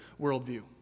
worldview